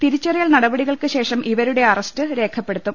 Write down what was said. തിരിച്ചറിയൽ നടപടികൾക്ക് ശേഷം ഇവരുടെ അറസ്റ് രേഖപ്പെടുത്തും